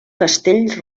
castell